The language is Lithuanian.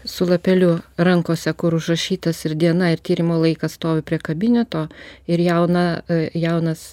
su lapeliu rankose kur užrašytas ir diena ir tyrimo laikas stovi prie kabineto ir jauna jaunas